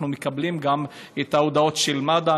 אנחנו מקבלים גם את ההודעות של מד"א,